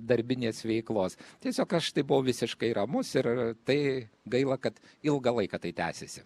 darbinės veiklos tiesiog aš tai buvau visiškai ramus ir tai gaila kad ilgą laiką tai tęsėsi